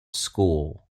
school